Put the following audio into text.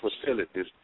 facilities